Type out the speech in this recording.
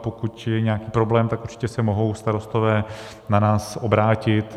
Pokud je nějaký problém, tak určitě se mohou starostové na nás obrátit.